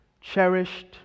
cherished